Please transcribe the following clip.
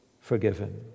forgiven